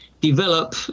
develop